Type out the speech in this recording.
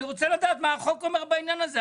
אני רוצה לדעת מה החוק אומר בעניין הזה.